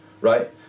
right